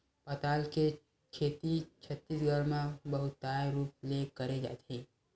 पताल के खेती छत्तीसगढ़ म बहुताय रूप ले करे जाथे